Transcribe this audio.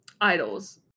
idols